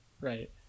right